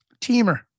Teamer